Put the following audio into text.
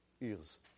ears